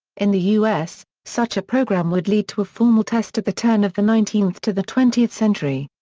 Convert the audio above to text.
in the u s, such a program would lead to a formal test at the turn of the nineteenth to the twentieth century.